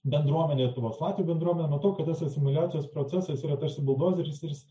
bendruomenę lietuvos latvių bendruomenę nuo to kad tas asimiliacijos procesas yra tarsi buldozeris